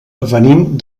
venim